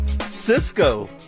Cisco